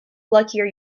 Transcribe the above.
luckier